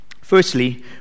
Firstly